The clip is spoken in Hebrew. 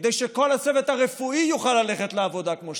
כדי שכל הצוות הרפואי יוכל ללכת לעבודה כמו שצריך?